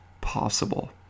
possible